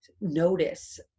notice